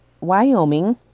Wyoming